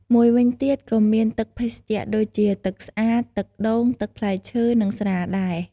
មួយវិញទៀតក៏មានទឹកភេសជ្ជៈដូចជា ទឹកស្អាត ទឹកដូង ទឹកផ្លែឈើ និង ស្រាដែរ។